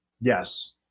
yes